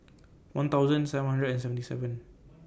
one thousand seven hundred and seventy seven